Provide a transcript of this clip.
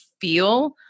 feel